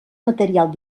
material